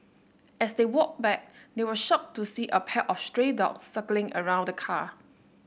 as they walked back they were shocked to see a pack of stray dogs circling around the car